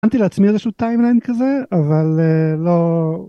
שמתי לעצמי איזשהו טיימליין כזה אבל לא.